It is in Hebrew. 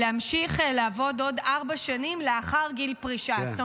להמשיך לעבוד עוד ארבע שנים לאחר גיל פרישה.